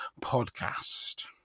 podcast